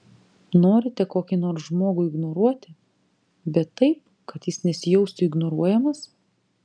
norite kokį nors žmogų ignoruoti bet taip kad jis nesijaustų ignoruojamas